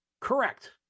Correct